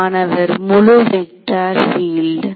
மாணவர் முழு vector build